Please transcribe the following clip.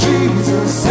Jesus